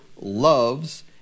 loves